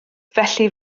felly